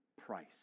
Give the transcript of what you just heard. price